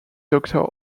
doctor